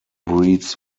breeds